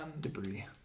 debris